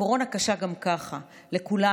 הקורונה קשה גם ככה לכולנו.